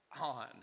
on